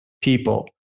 people